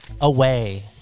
Away